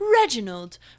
Reginald